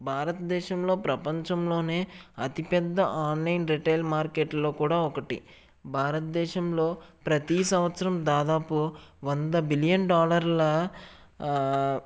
భారతదేశంలో ప్రపంచంలోనే అతి పెద్ద ఆన్లైన్ రిటైల్ మార్కెట్లో కూడా ఒకటి భారతదేశంలో ప్రతి సంవత్సరం దాదాపు వంద బిలియన్ డాలర్ల